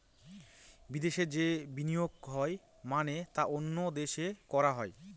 বিদেশে যে বিনিয়োগ হয় মানে তা অন্য দেশে করা হয়